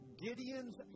Gideon's